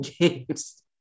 games